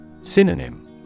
Synonym